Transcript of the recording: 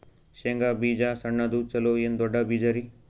ಶೇಂಗಾ ಬೀಜ ಸಣ್ಣದು ಚಲೋ ಏನ್ ದೊಡ್ಡ ಬೀಜರಿ?